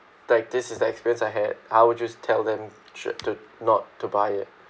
like this is the experience I had I will just tell them shou~ to not to buy it